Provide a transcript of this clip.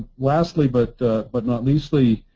lastly but but not leastly,